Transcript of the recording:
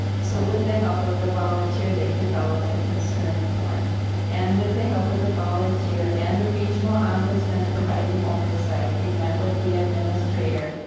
so with the help of the volunteer they developed a concern form and with the help of the volunteer and the regional ombudsman providing oversight they met with the administrator.